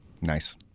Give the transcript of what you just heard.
Nice